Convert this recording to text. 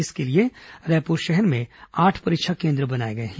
इसके लिए रायपुर शहर में आठ परीक्षा केन्द्र बनाए गए हैं